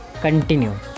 continue